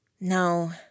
No